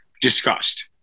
discussed